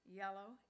yellow